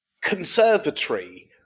conservatory